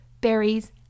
berries